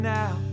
now